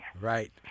right